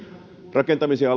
rakentamisen